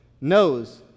Knows